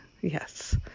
yes